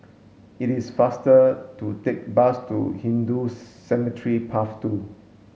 it is faster to take the bus to Hindu Cemetery Path two